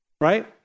Right